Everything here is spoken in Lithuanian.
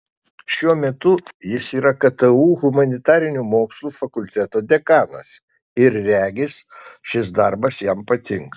šiuo metu jis yra ktu humanitarinių mokslų fakulteto dekanas ir regis šis darbas jam patinka